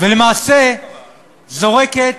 ולמעשה זורקת